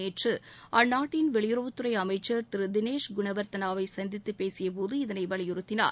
நேற்று அந்நாட்டின் வெளியுறவுத்துறை அமைச்சர் திரு தினேஷ் குணவர்த்தனாவை சந்தத்து பேசியபோது இதனை வலியுறுத்தினார்